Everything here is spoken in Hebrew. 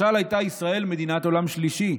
משל הייתה ישראל מדינת עולם שלישי.